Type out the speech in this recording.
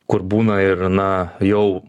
kur būna ir na jau